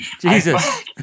Jesus